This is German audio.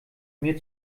mir